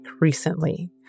recently